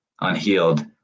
unhealed